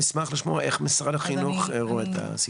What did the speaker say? אשמח לשמוע איך משרד החינוך רואה את הסיפור.